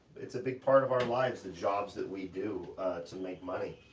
it's a big part of our lives the jobs that we do to make money,